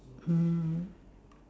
hmm